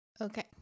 Okay